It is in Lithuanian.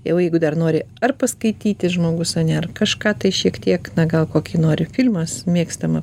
jau jeigu dar nori ar paskaityti žmogus o nėr kažką tai šiek tiek na gal kokį nori filmas mėgstamą